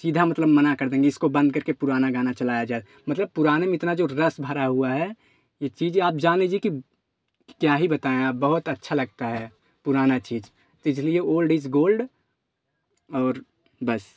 सीधा मतलब मना कर देंगे इसको बंद करके पुराना गाना चलाया जाए मतलब पुराने में इतना जो रस भरा हुआ है ये चीज़ें आप जान लीजिए कि क्या ही बताएं अब बहुत अच्छा लगता है पुराना चीज तो इसलिए ओल्ड इज़ गोल्ड और बस